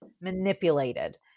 manipulated